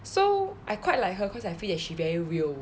so I quite like her cause I feel that she very real